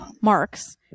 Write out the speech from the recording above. Mark's